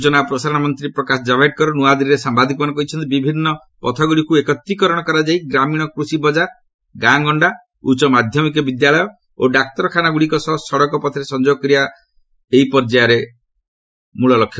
ସୂଚନା ଓ ପ୍ରସାରଣ ମନ୍ତ୍ରୀ ପ୍ରକାଶ କାବ୍ଡେକର ନୃଆଦିଲ୍ଲୀରେ ସାମ୍ବାଦିକମାନଙ୍କୁ କହିଛନ୍ତି ବିଭିନ୍ନ ପଥଗୁଡ଼ିକୁ ଏକତ୍ରୀକରଣ କରାଯାଇ ଗ୍ରାମୀଣ କୃଷି ବଜାର ଗାଁଗଣ୍ଡା ଉଚ୍ଚ ମାଧ୍ୟମିକ ବିଦ୍ୟାଳୟ ଓ ଡାକ୍ତରଖାନାଗୁଡ଼ିକ ସହ ସଡ଼କ ପଥରେ ସଂଯୋଗ କରିବା ତୂତୀୟ ପର୍ଯ୍ୟାୟ ପ୍ରଧାନମନ୍ତ୍ରୀ ଗ୍ରାମ ସଡ଼କ ଯୋଜନାର ମୂଳ ଲକ୍ଷ୍ୟ